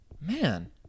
Man